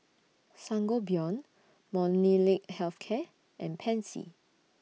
Sangobion Molnylcke Health Care and Pansy